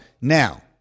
now